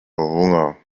hunger